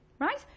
Right